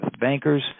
bankers